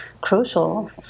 crucial